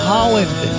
Holland